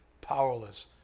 powerless